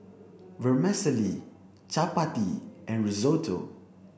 vermicelli chapati and risotto